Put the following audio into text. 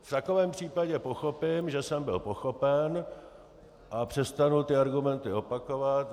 V takovém případě pochopím, že jsem byl pochopen, a přestanu ty argumenty opakovat.